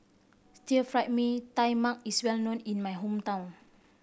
Stir Fry Mee Tai Mak is well known in my hometown